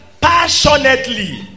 passionately